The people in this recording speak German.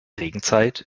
regenzeit